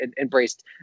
embraced